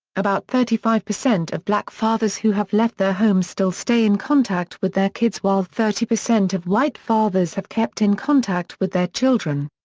about thirty five percent of black fathers who have left their homes still stay in contact with their kids while thirty percent of white fathers have kept in contact with their children.